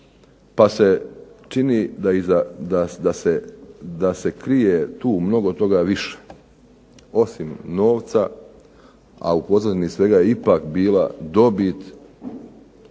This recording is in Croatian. pa se čini da se krije tu mnogo toga više, osim novca, a u pozadini svega je ipak bila dobit